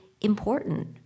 important